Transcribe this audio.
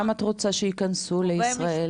כמה את רוצה שייכנסו לישראל?